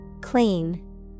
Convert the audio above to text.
Clean